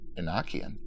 Enochian